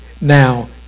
Now